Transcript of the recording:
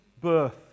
birth